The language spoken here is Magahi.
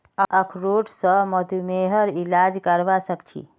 अखरोट स मधुमेहर इलाज करवा सख छी